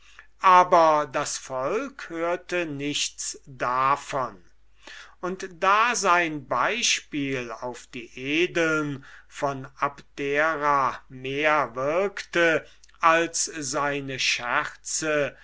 aber das volk hörte nichts davon und da sein beispiel auf die edeln von abdera mehr wirkte als seine scherze